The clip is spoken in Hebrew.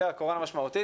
הקורונה משמעותית,